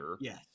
Yes